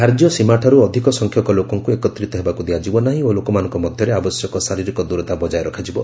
ଧାର୍ଯ୍ୟ ସୀମାଠାରୁ ଅଧିକ ସଂଖ୍ୟକ ଲୋକଙ୍କୁ ଏକତ୍ରିତ ହେବାକୁ ଦିଆଯିବ ନାହିଁ ଓ ଲୋକମାନଙ୍କ ମଧ୍ୟରେ ଆବଶ୍ୟକ ଶାରୀରିକ ଦୂରତା ବଜାୟ ରଖାଯିବ